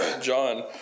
John